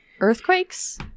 earthquakes